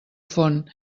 font